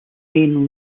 main